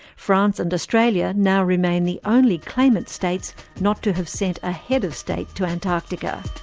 france and australia now remain the only claimant states not to have sent a head of state to antarctica.